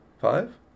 Five